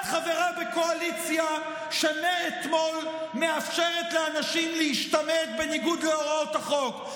את חברה בקואליציה שמאתמול מאפשרת לאנשים להשתמט בניגוד להוראות החוק,